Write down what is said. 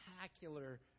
spectacular